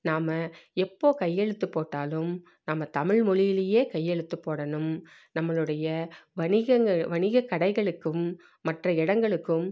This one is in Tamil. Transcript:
நாம் எப்போது கையெழுத்து போட்டாலும் நம்ம தமிழ் மொழியிலேயே கையெழுத்து போடணும் நம்மளுடைய வணிகங்கள் வணிக கடைகளுக்கும் மற்ற இடங்களுக்கும்